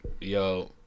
yo